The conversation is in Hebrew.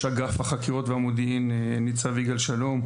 אגף החקירות והמודיעין ניצב יגאל שלום,